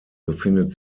befindet